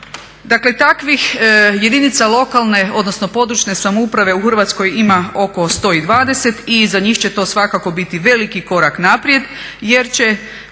Dakle takvih jedinica lokalne odnosno područne samouprave u Hrvatskoj ima oko 120 i za njih će to svakako biti veliki korak naprijed jer će